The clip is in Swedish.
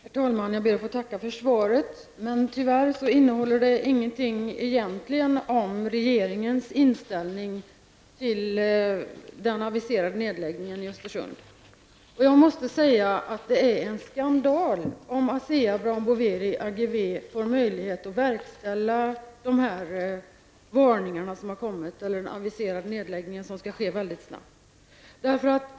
Herr talman! Jag ber att få tacka för svaret. Tyvärr innehåller det egentligen ingenting om regeringens inställning till den aviserade nedläggningen i Jag måste säga att det är en skandal om Asea Brown Boveri Ageve får möjlighet att verkställa den aviserade nedläggningen, som skall ske mycket snabbt.